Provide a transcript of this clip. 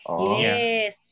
Yes